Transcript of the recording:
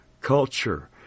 culture